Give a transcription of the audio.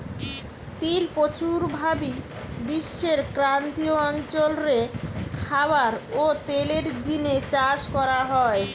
তিল প্রচুর ভাবি বিশ্বের ক্রান্তীয় অঞ্চল রে খাবার ও তেলের জিনে চাষ করা হয়